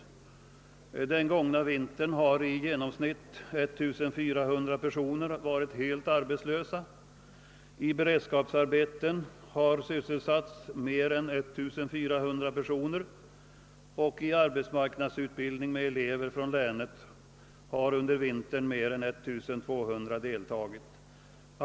Under den gångna vintern har i genomsnitt 1400 personer varit helt arbetslösa. I beredskapsarbe ten har sysselsatts mer än 1 400 personer och i arbetsmarknadsutbildning har under vintern deltagit 1200 elever från länet.